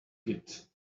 git